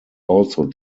also